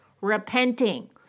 repenting